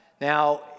Now